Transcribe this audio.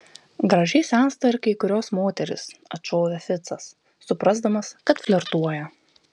gražiai sensta ir kai kurios moterys atšovė ficas suprasdamas kad flirtuoja